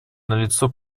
налицо